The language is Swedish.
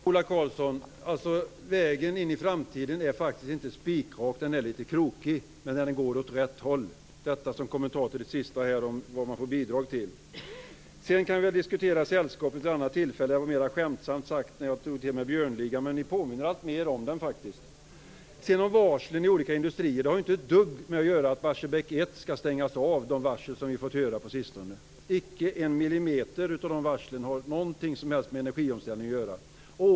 Fru talman! Vägen in i framtiden är faktiskt inte spikrak, den är lite krokig. Men den går åt rätt håll - detta som en kommentar till det sista om vad man kan få bidrag till. Sedan kan vi diskutera sällskapet vid ett annat tillfälle. Det var mera skämtsamt sagt av mig detta med Björnligan, men ni påminner alltmer om den faktiskt. Varslen i de olika industrierna har inte ett dugg att göra med att Barsebäck 1 skall stängas av. Icke en millimeter av dessa varsel har någonting som helst med energiomställningen att göra.